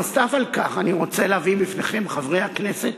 נוסף על כך אני רוצה להביא בפניכם, חברי הכנסת,